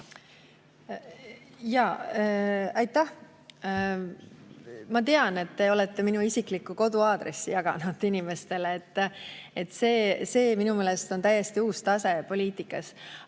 Aitäh! Ma tean, et te olete minu isiklikku koduaadressi jaganud inimestele. See on minu meelest täiesti uus tase poliitikas.